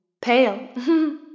pale